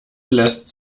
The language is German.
lässt